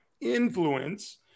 influence